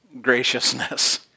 graciousness